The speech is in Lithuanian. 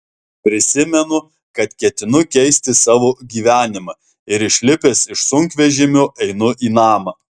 prisimenu kad ketinu keisti savo gyvenimą ir išlipęs iš sunkvežimio einu į namą